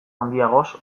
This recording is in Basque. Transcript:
handiagoz